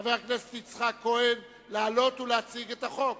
חבר הכנסת יצחק כהן, לעלות ולהציג את החוק.